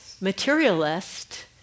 materialist